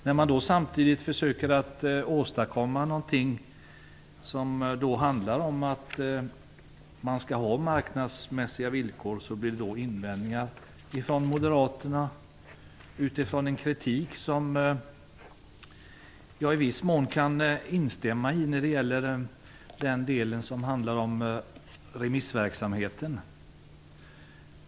När man då försöker åstadkomma något som bidrar till marknadsmässiga villkor, blir det invändningar från moderaterna. Jag kan i viss mån instämma i kritiken som handlar om remissverksamheten.